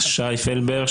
שי פלבר,